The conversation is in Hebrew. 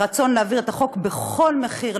הרצון להעביר את החוק בכל מחיר,